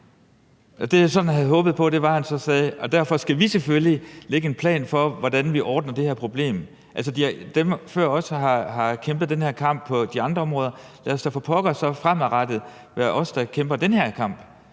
Det, jeg så havde håbet på, var, at han så sagde noget med, at derfor skal vi selvfølgelig lægge en plan for, hvordan vi ordner det her problem. Altså, dem før os har kæmpet den her kamp på de andre områder, så lad det da for pokker fremadrettet være os, der kæmper den her kamp.